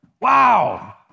Wow